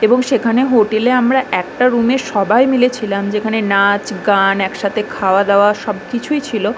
এবং সেখানে হোটেলে আমরা একটা রুমে সবাই মিলে ছিলাম যেখানে নাচ গান একসাথে খাওয়া দাওয়া সব কিছুই ছিল